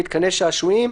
מתקני שעשועים"